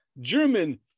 German